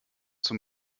zum